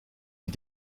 est